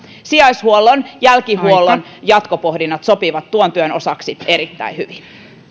sijaishuollon jälkihuollon jatkopohdinnat sopivat tuon työn osaksi erittäin hyvin